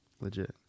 legit